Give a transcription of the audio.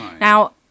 Now